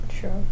sure